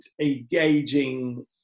engaging